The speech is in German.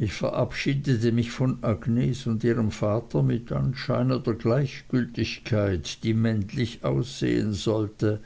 ich verabschiedete mich von agnes und ihrem vater mit anscheinender gleichgültigkeit die männlich aussehen sollte